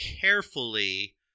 carefully